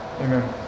Amen